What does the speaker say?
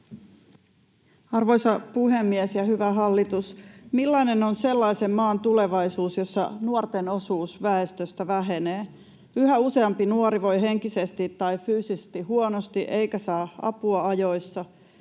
Arvoisa puhemies ja hyvä hallitus, millainen on sellaisen maan tulevaisuus, jossa nuorten osuus väestöstä vähenee, yhä useampi nuori voi henkisesti tai fyysisesti huonosti eikä saa apua ajoissa,